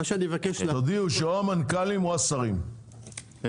תודיעו שאו המנכ"לים או השרים,